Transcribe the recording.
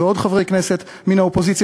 ועוד חברי כנסת מן האופוזיציה,